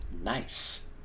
Nice